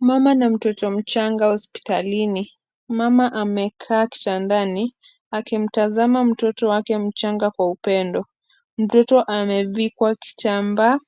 Mama na mtoto mchanga hospitalini. Mama amekaa kitandani, akimtazama mtoto wake mchanga kwa upendo. Mtoto amevikwa kitambaa